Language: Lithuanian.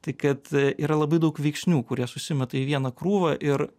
tai kad yra labai daug veiksnių kurie susimeta į vieną krūvą ir